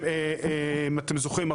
אם אתם זוכרים,